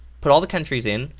put all the countries in,